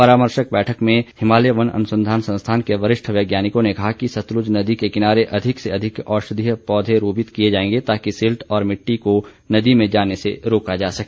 परामर्शक बैठक में हिमालय वन अनुसंधान संस्थान के वरिष्ठ वैज्ञानिकों ने कहा कि सतलुज नदी के किनारे अधिक से अधिक औषधीय पौधे रोपित किए जाएंगे ताकि सिल्ट और मिट्टी को नदी में जाने से रोका जा सके